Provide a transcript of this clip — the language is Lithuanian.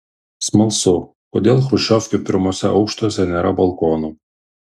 smalsu kodėl chruščiovkių pirmuose aukštuose nėra balkonų